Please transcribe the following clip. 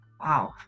Wow